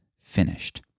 finished